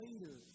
later